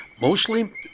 Mostly